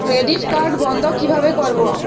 Credit card বন্ধ কিভাবে করবো?